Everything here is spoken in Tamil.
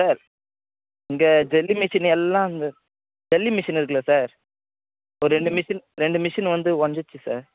சார் இங்கே ஜல்லி மிஷின் எல்லாம் வந்து ஜல்லி மிஷின் இருக்குல்ல சார் ஒரு ரெண்டு மிஷின் ரெண்டு மிஷின் வந்து உடஞ்சுருச்சு சார்